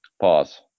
Pause